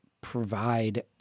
provide